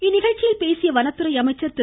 இந்நிகழ்ச்சியில் பேசிய வனத்துறை அமைச்சர் திரு